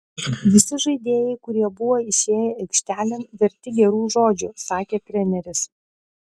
visi žaidėjai kurie buvo išėję aikštelėn verti gerų žodžių sakė treneris